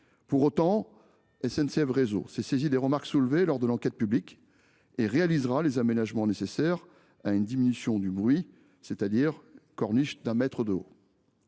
Pour autant, SNCF Réseau a pris en compte les remarques soulevées lors de l’enquête publique et réalisera les aménagements nécessaires à une diminution du bruit en construisant une corniche d’un mètre de haut.